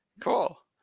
Cool